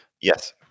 Yes